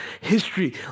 history